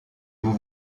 vous